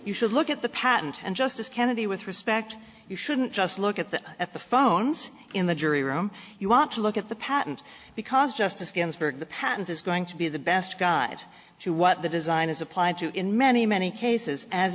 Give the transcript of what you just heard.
you should look at the patent and justice kennedy with respect you shouldn't just look at the at the phones in the jury room you want to look at the patent because justice ginsburg the patent is going to be the best guide to what the design is applied to in many many cases as